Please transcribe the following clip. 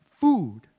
Food